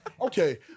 Okay